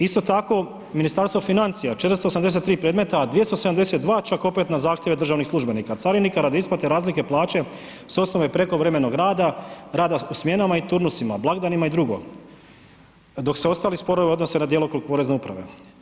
Isto tako Ministarstvo financija, 483 predmeta, a 272 čak opet na zahtjeve državnih službenika carinika radi isplate razlike plaće s osnove prekovremenog rada, rada u smjenama i turnusima, blagdanima i drugo, dok se ostali sporovi odnose na djelokrug porezne uprave.